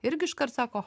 irgi iškart sako